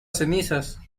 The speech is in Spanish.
cenizas